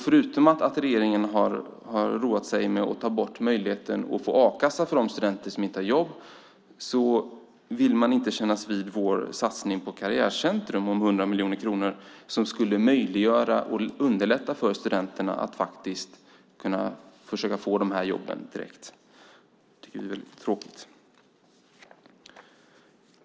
Förutom att regeringen har roat sig med att ta bort möjligheten att få a-kassa för studenter som inte har jobb vill man heller inte kännas vid vår satsning på karriärcentrum om 100 miljoner kronor som skulle möjliggöra och underlätta för studenterna att faktiskt kunna få de här jobben direkt. Det är tråkigt.